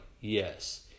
Yes